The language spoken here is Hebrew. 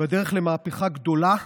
בדרך למהפכה גדולה,